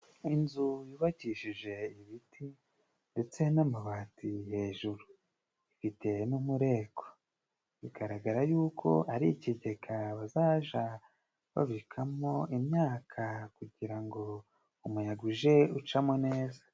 Inzu yubakishije ibiti ndetse n'amabati hejuru, ifite n'umureko bigaragara y'uko ari ikigega bazaja babikamo imyaka, kugira ngo umuyaga uje ucamo neza.